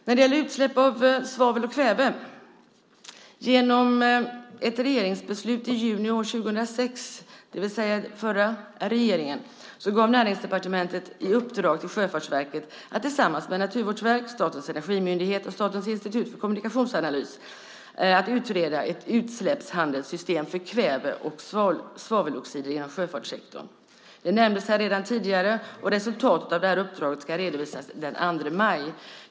När det gäller utsläpp av svavel och kväve gav Näringsdepartementet, genom ett regeringsbeslut i juni år 2006 - det var alltså den förra regeringen - i uppdrag till Sjöfartsverket att tillsammans med Naturvårdsverket, Statens energimyndighet och Statens institut för kommunikationsanalys utreda ett utsläppshandelssystem för kväve och svaveloxider inom sjöfartssektorn. Det nämndes här tidigare. Resultatet av detta uppdrag ska redovisas den 2 maj.